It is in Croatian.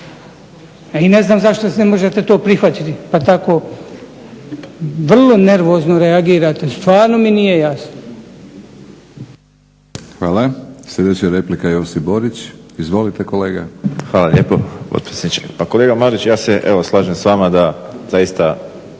i ne znam zašto ne možete to prihvatiti pa tako vrlo nervozno reagirate. Stvarno mi nije jasno.